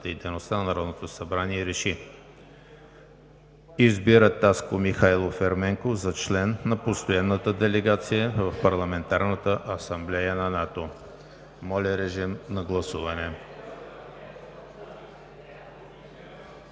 и дейността на Народното събрание РЕШИ: 1. Избира Таско Михайлов Ерменков за член на постоянната делегация в Парламентарната асамблея на НАТО.“ Моля, режим на гласуване.